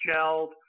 gelled